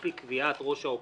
לפי קביעת ראש האופוזיציה",